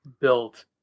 built